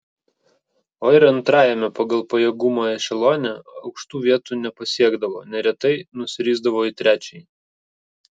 o ir antrajame pagal pajėgumą ešelone aukštų vietų nepasiekdavo neretai nusirisdavo į trečiąjį